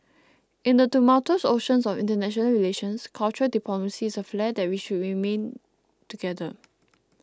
in the tumultuous ocean of international relations cultural diplomacy is a flare that we should main together